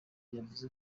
yavuze